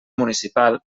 municipal